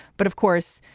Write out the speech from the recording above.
but of course,